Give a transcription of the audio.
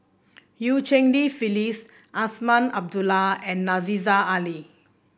Eu Cheng Li Phyllis Azman Abdullah and Aziza Ali